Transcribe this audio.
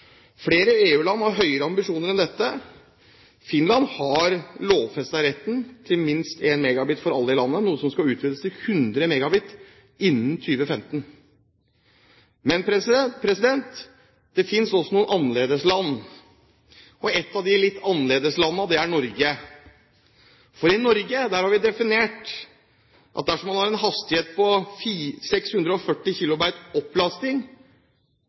Flere EU-land har høyere ambisjoner enn dette. Finland har lovfestet retten til minst 1 Mbit/s for alle i landet, noe som skal utvides til 100 Mbit/s innen 2015. Men det finnes også noen annerledesland, og et av de annerledeslandene er Norge. I Norge har vi definert det slik at dersom man har en hastighet på 640 kbit/s nedlasting og 128 kbit/s opplasting,